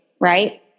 Right